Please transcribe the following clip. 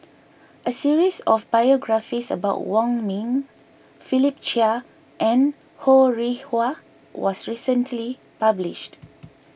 a series of biographies about Wong Ming Philip Chia and Ho Rih Hwa was recently published